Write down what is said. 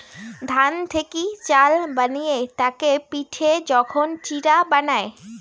ধান থেকি চাল বানিয়ে তাকে পিটে যখন চিড়া বানায়